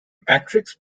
matrix